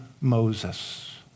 Moses